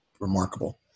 remarkable